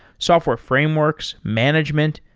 software frameworks, management,